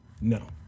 No